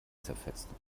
zerfetzte